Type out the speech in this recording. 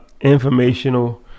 Informational